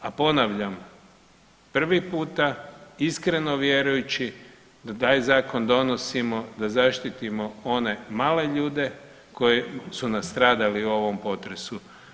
A ponavljam, prvi puta iskreno vjerujući da taj zakon donosimo da zaštitimo one male ljude koji su nastradali u ovom potresu.